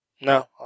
No